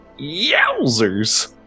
Yowzers